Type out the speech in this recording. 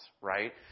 right